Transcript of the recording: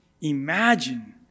Imagine